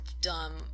dumb